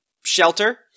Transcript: shelter